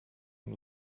and